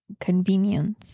convenience